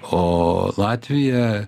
o latvija